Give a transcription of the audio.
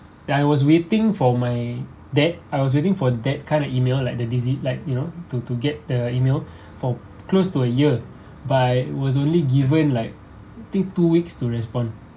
ya I was waiting for my that I was waiting for that kind of email like the did it like you know to to get the email for close to a year by was only given like think two weeks to respond